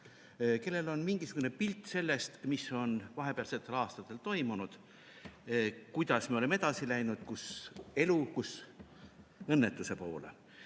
kellel on mingisugune pilt sellest, mis on vahepealsetel aastatel toimunud, kuidas me oleme edasi läinud – kus elu, kus õnnetuse poole.